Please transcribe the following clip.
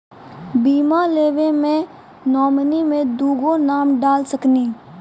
बीमा लेवे मे नॉमिनी मे दुगो नाम डाल सकनी?